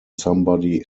somebody